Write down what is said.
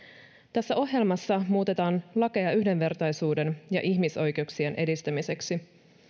tässä ohjelmassa muutetaan lakeja yhdenvertaisuuden ja ihmisoikeuksien edistämiseksi